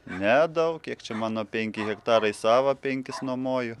nedaug kiek čia mano penki hektarai savo penkis nuomoju